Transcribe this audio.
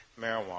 marijuana